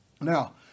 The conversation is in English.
Now